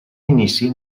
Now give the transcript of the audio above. inici